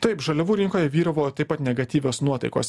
taip žaliavų rinkoje vyravo taip pat negatyvios nuotaikos